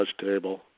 table